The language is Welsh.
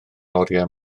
oriau